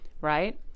right